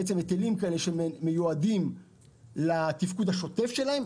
היטלים, שמיועדים לתפקוד השוטף שלהן.